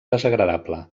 desagradable